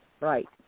right